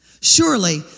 Surely